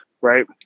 right